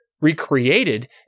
recreated